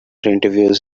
interviews